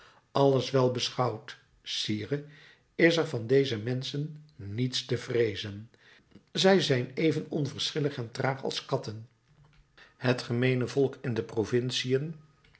alles welbeschouwd sire is er van deze menschen niets te vreezen zij zijn even onverschillig en traag als katten het gemeene volk in de provinciën